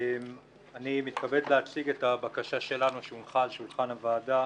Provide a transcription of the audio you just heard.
אני מתכבד להציג את הבקשה שלנו שהונחה על שולחן הוועדה.